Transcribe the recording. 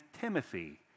Timothy